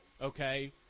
okay